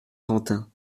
quentin